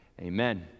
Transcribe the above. Amen